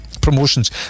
promotions